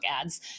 ads